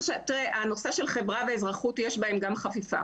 הנושא של חברה ואזרחות, יש בהם גם חפיפה,